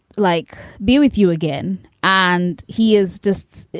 like, be with you again. and he is just,